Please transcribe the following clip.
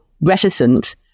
reticent